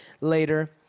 later